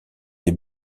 les